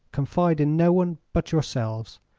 confide in no one but yourselves.